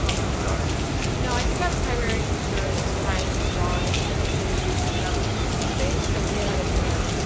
the design and no i think our primary concern was trying to draw in as many users that would use the space. so to try to kind of